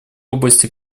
области